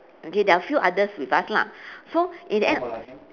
okay there are few others with us lah so in the end